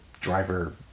driver